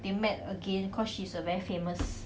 they met again cause she's a very famous